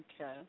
Okay